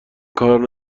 کار